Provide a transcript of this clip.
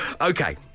Okay